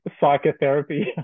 psychotherapy